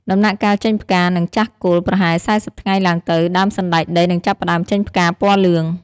ដំណាក់កាលចេញផ្កា និងចាក់គល់ ប្រហែល ៤០ ថ្ងៃឡើងទៅ ដើមសណ្ដែកដីនឹងចាប់ផ្តើមចេញផ្កាពណ៌លឿង។